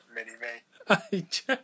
Mini-Me